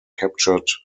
captured